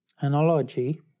analogy